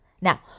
Now